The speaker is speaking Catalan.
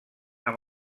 amb